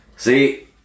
See